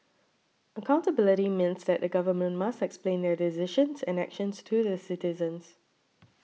accountability means that the Government must explain their decisions and actions to the citizens